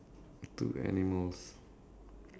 two animals